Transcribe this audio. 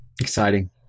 Exciting